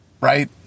right